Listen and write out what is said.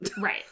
Right